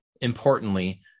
importantly